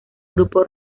grupo